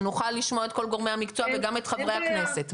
כדי שנוכל לשמוע את כל גורמי המקצוע וגם את חברי הכנסת.